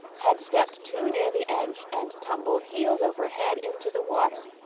had stepped too near the edge and tumbled heels over head into the water.